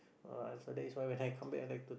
oh so that is why when I come back I like to